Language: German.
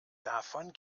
davon